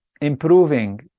improving